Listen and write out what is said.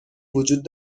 وجود